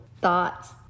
thoughts